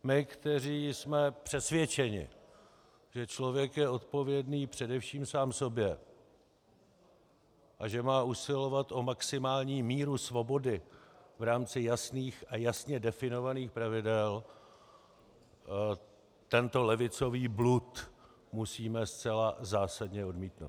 My, kteří jsme přesvědčeni, že člověk je odpovědný především sám sobě a že má usilovat o maximální míru svobody v rámci jasných a jasně definovaných pravidel, tento levicový blud musíme zcela zásadně odmítnout.